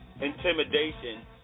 intimidation